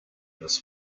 this